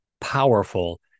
powerful